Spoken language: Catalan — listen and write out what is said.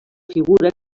figura